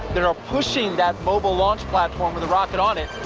they are pushing that mobile launch platform with a rocket on it,